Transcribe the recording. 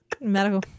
Medical